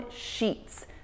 sheets